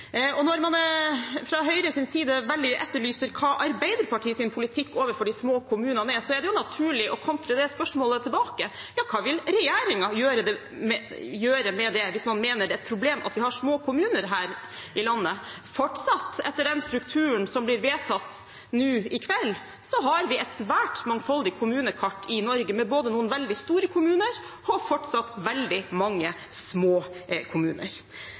det. Når man fra Høyres side etterlyser veldig hva Arbeiderpartiets politikk overfor de små kommunene er, er det naturlig å kontre det spørsmålet tilbake: Hva vil regjeringen gjøre med det hvis man mener det er et problem at vi har små kommuner her i landet? Etter den strukturen som blir vedtatt nå i kveld, har vi fortsatt et svært mangfoldig kommunekart i Norge, med både noen veldig store kommuner og fortsatt veldig mange små kommuner.